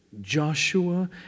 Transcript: Joshua